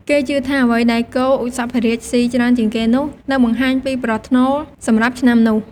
គេជឿថា អ្វីដែលគោឧសភរាជស៊ីច្រើនជាងគេនោះ នឹងបង្ហាញពីប្រផ្នូលសម្រាប់ឆ្នាំនោះ។